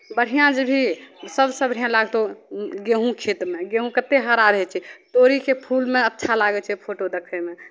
बढ़िआँ जयबही सभसँ बढ़िआँ लागतौ गेहूँके खेतमे गेहूँ कतेक हरा रहै छै तोरीके फूलमे अच्छा लागै छै फोटो देखयमे